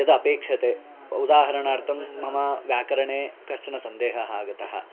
यदपेक्षते उदाहरणार्थं मम व्याकरणे कश्चनः सन्देहः आगतः